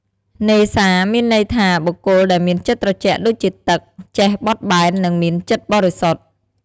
នេសា មានន័យថា បុគ្គលដែលមានចិត្តត្រជាក់ដូចជាទឹក ចេះបត់បែន និងមានចិត្តបរិសុទ្ធ។